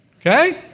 Okay